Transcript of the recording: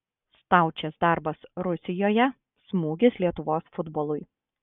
staučės darbas rusijoje smūgis lietuvos futbolui